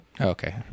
Okay